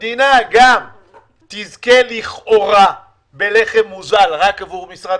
המדינה לכאורה תזכה בלחם מוזל רק עבור משרד